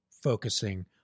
focusing